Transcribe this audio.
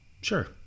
sure